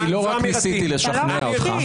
אני לא רק ניסיתי לשכנע אותך.